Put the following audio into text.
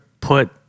put